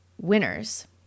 winners